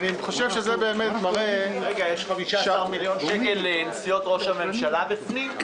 זה באמת מראה -- יש 15 מיליון שקל לנסיעות ראש הממשלה בפנים?